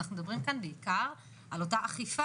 אנחנו מדברים כאן בעיקר על אותה אכיפה.